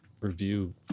review